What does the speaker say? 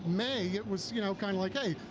may it was you know kind of like, hey,